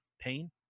Pain